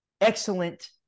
Excellent